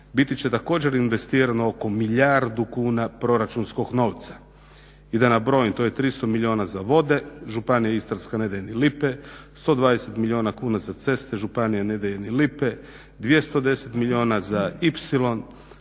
biti će također investirano oko milijardu kuna proračunskog novca. I da nabrojim to je 300 milijuna za vode. Županija istarska ne daje ni lipe, 120 milijuna kuna za ceste. Županija ne daje ni lipe. 210 milijuna za Ipsilon,